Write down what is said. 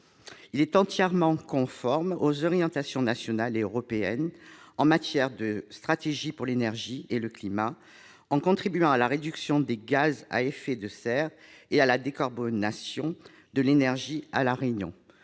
Il est entièrement conforme aux orientations nationales et européennes en matière de stratégie pour l'énergie et le climat, en contribuant à la réduction des gaz à effet de serre et à la décarbonation de l'énergie promue